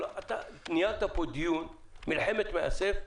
ניהלת פה מלחמת מאסף,